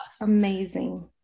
Amazing